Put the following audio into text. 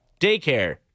Daycare